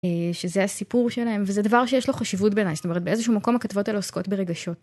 שזה הסיפור שלהם, וזה דבר שיש לו חשיבות בעיניי, זאת אומרת באיזשהו מקום הכתבות האלה עוסקות ברגשות.